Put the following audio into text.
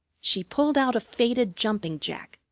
she pulled out a faded jumping-jack,